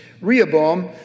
Rehoboam